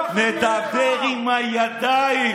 אתה תלמד אותנו נימוסים?